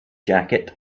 jacket